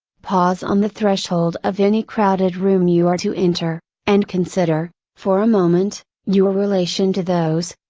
pause on the threshold of any crowded room you are to enter, and consider, for a moment, your relation to those,